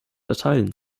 erteilen